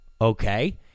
okay